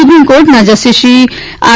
supreme કોર્ટના justice Shri R